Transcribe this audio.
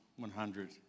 100